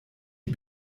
die